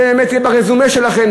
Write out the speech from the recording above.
זה יהיה ברזומה שלכם.